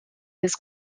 his